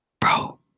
bro